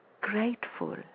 grateful